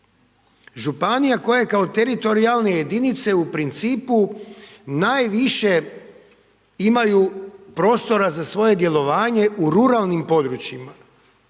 županije koje kao teritorijalne jedinice u principu najviše imaju prostora za svoje djelovanje u ruralnim područjima,